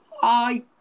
Hi